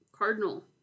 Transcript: Cardinal